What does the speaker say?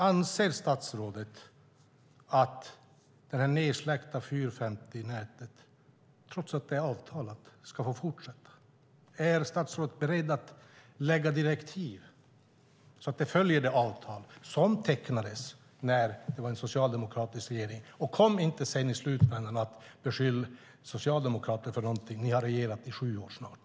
Anser statsrådet att det nedsläckta 450-nätet, trots att det är avtalat, ska få fortsätta? Är statsrådet beredd att ge direktiv så att man följer det avtal som tecknades när det var en socialdemokratisk regering? Och kom inte och beskyll socialdemokrater för någonting. Ni har regerat i snart sju år.